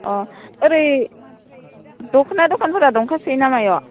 अ' ओरै दख'ना दखानफोरा दंखासोयो ना मायो